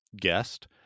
guest